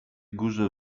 górze